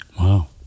Wow